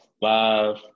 five